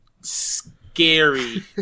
scary